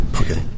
Okay